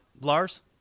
Lars